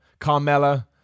Carmella